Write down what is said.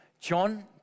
John